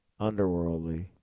underworldly